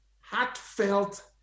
heartfelt